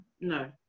no